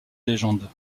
légende